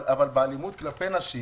אבל באלימות כלפי נשים